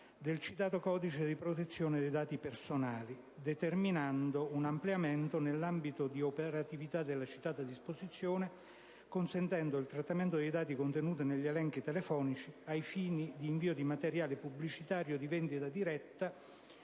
del citato codice di protezione dei dati personali, così determinando un ampliamento nell'ambito di operatività della citata disposizione, consentendo il trattamento dei dati contenuti negli elenchi telefonici ai fini di invio di materiale pubblicitario, di vendita diretta